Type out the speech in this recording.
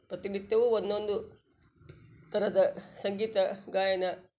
ಪ್ರತಿನಿತ್ಯವೂ ಒಂದೊಂದು ಥರದ ಸಂಗೀತ ಗಾಯನ